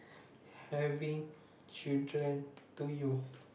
having children to you